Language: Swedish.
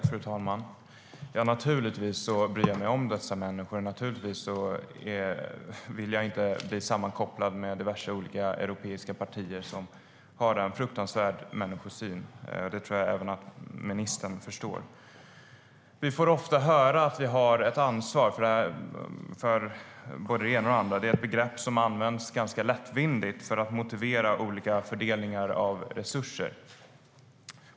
Fru talman! Naturligtvis bryr jag mig om dessa människor. Naturligtvis vill jag inte bli sammankopplad med diverse europeiska partier som har en fruktansvärd människosyn. Det tror jag att även ministern förstår. Vi får ofta höra att vi har ett ansvar för både det ena och det andra. Det är ett begrepp som används lättvindigt för att motivera olika fördelningar av resurser.